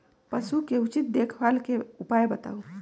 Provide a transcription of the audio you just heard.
पशु के उचित देखभाल के उपाय बताऊ?